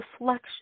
reflection